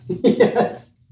Yes